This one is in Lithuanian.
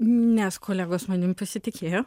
nes kolegos manim pasitikėjo